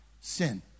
sin